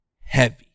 heavy